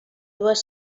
dues